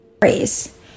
Phrase